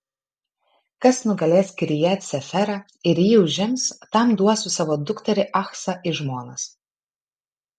kas nugalės kirjat seferą ir jį užims tam duosiu savo dukterį achsą į žmonas